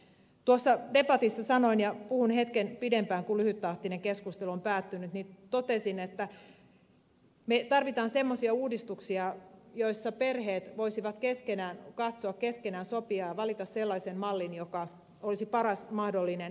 tuossa debatissa sanoin ja puhun hetken pidempään kun lyhyttahtinen keskustelu on päättynyt että me tarvitsemme semmoisia uudistuksia joissa perheet voisivat keskenään katsoa keskenään sopia ja valita sellaisen mallin joka olisi paras mahdollinen perheille